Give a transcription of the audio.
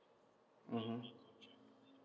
mmhmm